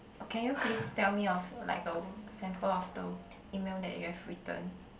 can you please tell me of like a sample of the email that you have written